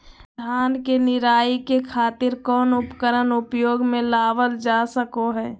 धान के निराई के खातिर कौन उपकरण उपयोग मे लावल जा सको हय?